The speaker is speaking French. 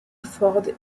ford